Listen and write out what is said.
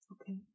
Okay